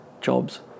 jobs